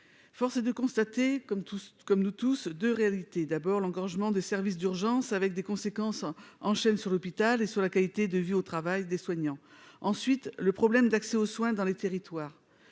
force est de constater comme tout comme nous tous de réalité d'abord l'engorgement des services d'urgence avec des conséquences en chaîne sur l'hôpital et sur la qualité de vie au travail des soignants, ensuite le problème d'accès aux soins dans les territoires